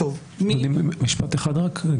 משפט אחד רק.